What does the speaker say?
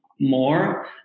more